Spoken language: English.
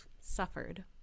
suffered